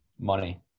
Money